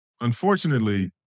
unfortunately